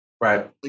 Right